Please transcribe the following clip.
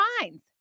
minds